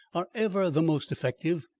are ever the most effective.